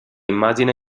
immagine